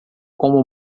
como